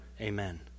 Amen